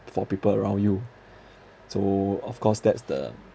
for people around you so of course that's the